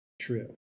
true